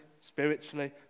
spiritually